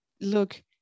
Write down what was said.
look